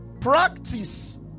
Practice